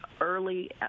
early